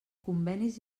convenis